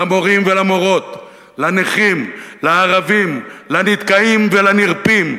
למורים ולמורות, לנכים, לערבים, לנדכאים ולנרפים,